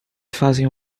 fazem